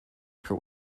per